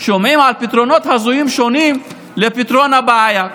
שומעים על פתרונות הזויים שונים לפתרון הבעיה.